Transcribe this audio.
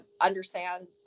understand